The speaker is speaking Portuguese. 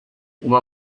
uma